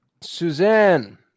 Suzanne